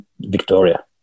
Victoria